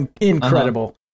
incredible